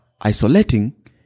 isolating